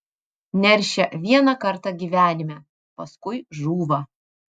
neršia vieną kartą gyvenime paskui žūva